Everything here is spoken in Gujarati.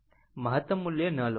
મહતમ મુલ્ય ન લો